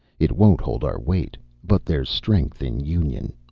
it won't hold our weight but there's strength in union.